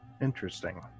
Interesting